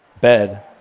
bed